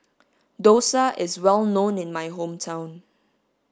Dosa is well known in my hometown